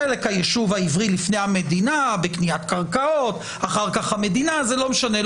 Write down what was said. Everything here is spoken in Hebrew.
חלק מהיישוב העברי לפני המדינה בקניית קרקעות ואחר כך המדינה לא משנה,